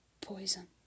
poison